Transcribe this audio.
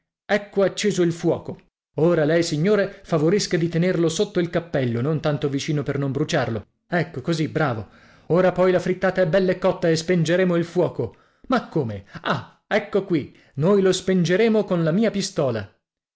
ecco acceso il fuoco ora lei signore favorisca di tenerlo sotto al cappello non tanto vicino per non bruciarlo ecco così bravo ora poi la frittata è bell'e cotta e spengeremo il fuoco ma come ah ecco qui noi lo spengeremo con la mia pistola